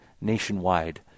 nationwide